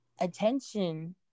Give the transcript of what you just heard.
attention